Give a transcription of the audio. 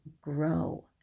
grow